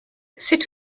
sut